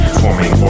forming